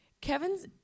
Kevin's